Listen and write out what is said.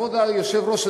כבוד היושב-ראש,